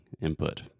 input